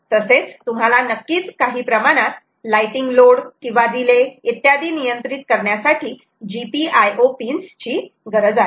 तसेच तुम्हाला नक्कीच काही प्रमाणात लाइटिंग लोड किंवा रिले इत्यादी नियंत्रित करण्यासाठी GPIO पिन्स ची गरज आहे